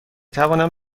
توانم